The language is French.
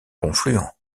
confluent